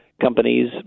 companies